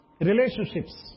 Relationships